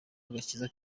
agakiza